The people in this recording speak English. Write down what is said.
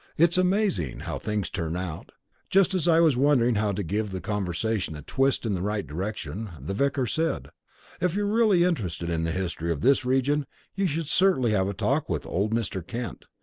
it's amazing how things turn out just as i was wondering how to give the conversation a twist in the right direction, the vicar said if you're really interested in the history of this region you should certainly have a talk with old mr. kent.